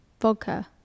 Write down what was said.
vodka